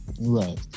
Right